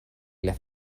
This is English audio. left